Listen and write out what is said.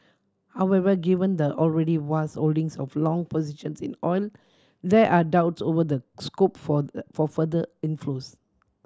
however given the already vast holdings of long positions in oil there are doubts over the scope for for further inflows